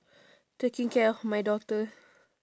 taking care of my daughter